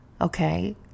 okay